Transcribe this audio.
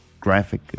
graphic